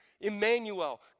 Emmanuel